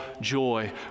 joy